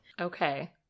okay